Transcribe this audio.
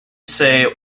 say